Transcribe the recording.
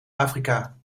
afrika